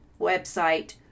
website